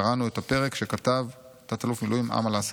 קראנו את הפרק שכתב תא"ל במילואים אמל אסעד.